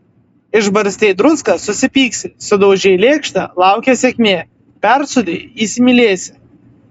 išbarstei druską susipyksi sudaužei lėkštę laukia sėkmė persūdei įsimylėsi